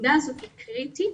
הנקודה הזאת היא קריטית.